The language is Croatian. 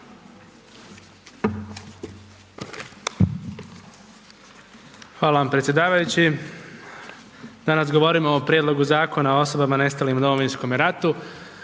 Hvala vam predsjedavajući. Danas govorimo o prijedlogu Zakona o osobama nestalim u Domovinskom ratu.